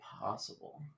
possible